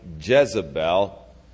Jezebel